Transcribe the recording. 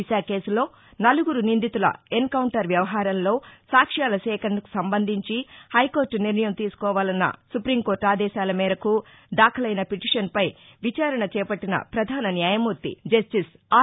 దిశ కేసులో నలుగురు నిందితుల ఎన్కౌంటర్ వ్యవహారంలో సాక్ష్యాల సేకరణకు సంబంధించి హైకోర్ట నిర్ణయం తీసుకోవాలన్న సుపీంకోర్ట ఆదేశాల మేరకు దాఖలైన పిటీషన్పై విచారణ చేపట్టిన పధాన న్యాయమూర్తి జస్టిస్ ఆర్